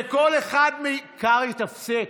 וכל אחד, קרעי, תפסיק.